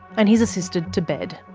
and he's assisted to bed.